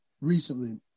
recently